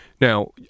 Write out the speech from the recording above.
Now